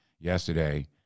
yesterday